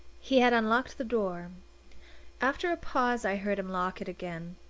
he had unlocked the door after a pause i heard him lock it again.